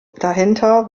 dahinter